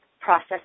process